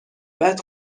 بعد